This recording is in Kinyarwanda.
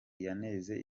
yanenze